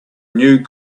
new